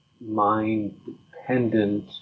mind-dependent